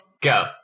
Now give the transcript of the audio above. Go